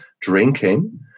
drinking